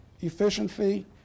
efficiency